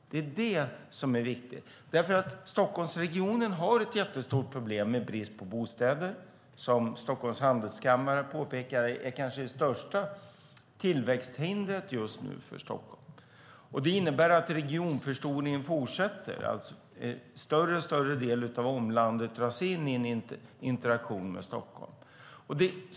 Det är det som är viktigt. Stockholmsregionen har ett jättestort problem med brist på bostäder, och Stockholms handelskammare påpekar att det kanske är det största tillväxthindret för Stockholm just nu. Det innebär att regionförstoringen fortsätter, att en större och större del av omlandet dras in i en interaktion med Stockholm.